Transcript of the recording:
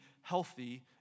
healthy